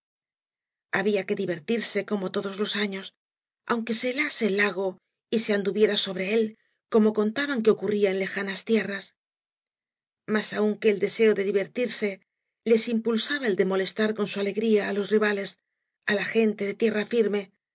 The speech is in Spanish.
había que divertirse como todos les años aunque se helase el lago y se anduviera sobre él como contaban que ocurría en lejanas tierras más aún que el deseo de divertirse les impulsaba el de molestar con su alegría á los rivales á la gente de tierra firme